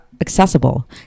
accessible